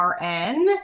RN